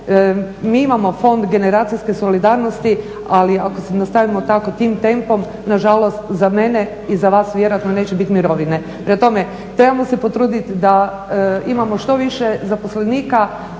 mi imamo fond generacijske solidarnosti ali ako se nastavimo tako tim tempom nažalost za mene i za vas vjerojatno neće biti mirovine. Prema tome trebamo se potrudit da imamo što više zaposlenika,